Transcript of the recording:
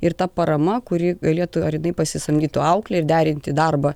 ir ta parama kuri galėtų ar jinai pasisamdytų auklę ir derinti darbą